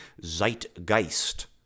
zeitgeist